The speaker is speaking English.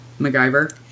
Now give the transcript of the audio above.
macgyver